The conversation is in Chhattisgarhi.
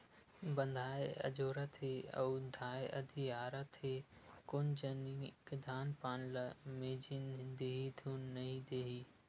बंधाए अजोरत हे अउ धाय अधियारत हे कोन जनिक धान पान ल मिजन दिही धुन नइ देही